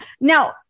Now